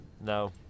No